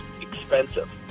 expensive